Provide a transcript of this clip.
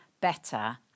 better